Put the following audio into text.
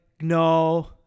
no